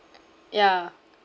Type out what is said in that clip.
yeah